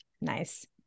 Nice